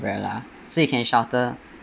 rella so you can shelter